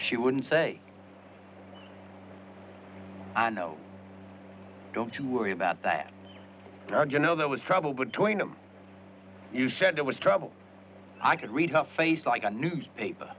she wouldn't say no don't you worry about that you know there was trouble between them you said there was trouble i could read her face like a newspaper